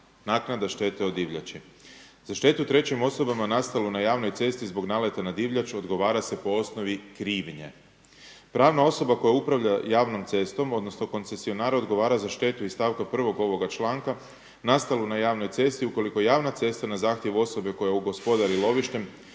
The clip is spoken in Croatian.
„Naknada štete od divljači. Za štetu trećim osobama nastalu na javnoj cesti zbog naleta na divljač odgovara se po osnovi krivnje. Pravna osoba koja upravlja javnom cestom, odnosno koncesionar odgovara za štetu iz stavka 1. ovoga članka nastalu na javnoj cesti ukoliko javna cesta na zahtjev osobe koja gospodari lovištem